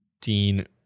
Dean